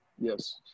Yes